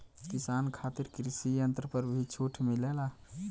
किसान खातिर कृषि यंत्र पर भी छूट मिलेला?